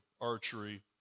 archery